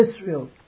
Israel